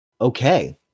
Okay